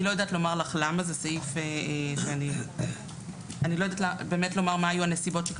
אני לא יודעת לומר לך למה ומה היו הנסיבות,